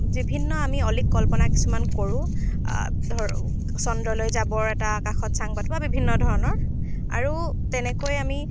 বিভিন্ন আমি অলিক কল্পনা কিছুমান কৰোঁ ধৰক চন্দ্ৰলৈ যাবৰ এটা আকাশত চাং পাতোঁ বা বিভিন্ন ধৰণৰ আৰু তেনেকৈ আমি